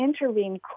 intervene